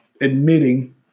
admitting